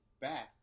back